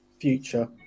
future